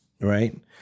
Right